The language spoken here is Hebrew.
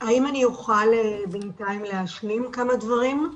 האם אוכל בינתיים להשלים כמה דברים?